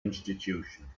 institution